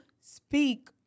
speak